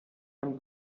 von